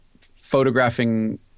photographing